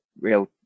real